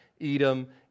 Edom